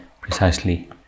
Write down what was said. precisely